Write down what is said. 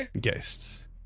guests